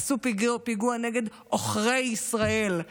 עשו פיגוע נגד עוכרי ישראל.